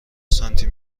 سانتی